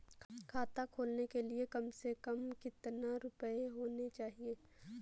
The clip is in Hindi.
खाता खोलने के लिए कम से कम कितना रूपए होने चाहिए?